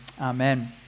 Amen